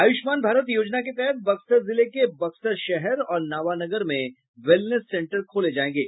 आयुष्मान भारत योजना के तहत बक्सर जिले के बक्सर शहर और नावानगर में वेलनेस सेंटर खोले जायेंगे